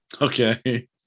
okay